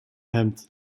hemd